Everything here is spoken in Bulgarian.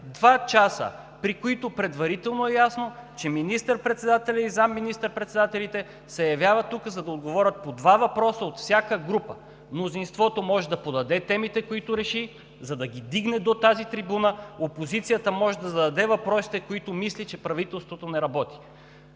два часа, при които предварително е ясно, че министър-председателят и заместник министър-председателите се явяват тук, за да отговарят на по два въпроса от всяка група? Мнозинството може да подаде темите, които реши, за да ги вдигне до тази трибуна, опозицията може да зададе въпросите, по които мисли, че правителството не работи.